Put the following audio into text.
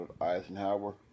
Eisenhower